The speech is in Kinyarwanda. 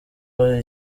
hari